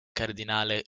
cardinale